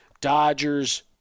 Dodgers